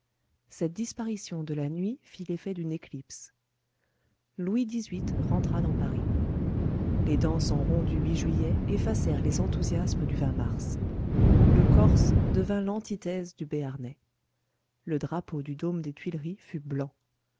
cette disparition de la nuit fit l'effet d'une éclipse louis xviii rentra dans paris les danses en rond du juillet effacèrent les enthousiasmes du mars le corse devint l'antithèse du béarnais le drapeau du dôme des tuileries fut blanc